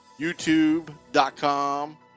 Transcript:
YouTube.com